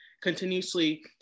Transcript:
continuously